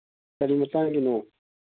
ꯀꯔꯤ ꯃꯇꯥꯡꯒꯤꯅꯣ